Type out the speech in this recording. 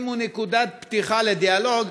אם הוא נקודת פתיחה לדיאלוג,